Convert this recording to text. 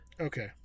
Okay